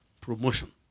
promotion